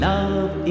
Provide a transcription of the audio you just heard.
Love